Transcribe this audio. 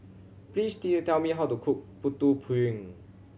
please tell me how to cook Putu Piring